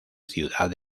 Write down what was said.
ciudad